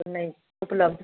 नहि उपलब्ध